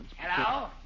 Hello